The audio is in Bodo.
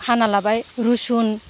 हाना लाबाय रुसुन